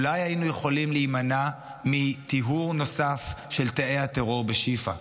אולי היינו יכולים להימנע מטיהור נוסף של תאי הטרור בשיפא.